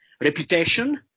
reputation